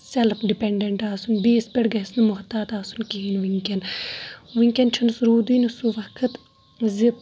self dependent آسُن بیٚیِس پٮ۪ٹھ گژھِ نہٕ محتات آسُن کِہیٖنۍ وُنکیٚن وُنکیٚن چھُنہٕ سُہ روٗدُے نہٕ سُہ وقت زِ